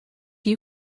you